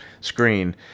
screen